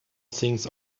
things